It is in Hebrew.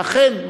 ואכן,